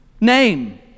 name